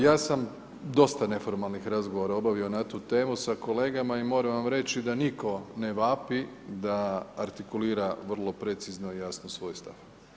Ja sam dosta neformalnih razgovara obavi na tu temu sa kolegama i moram vam reći da nitko ne vapi da artikulira vrlo precizno i jasno svoj stav.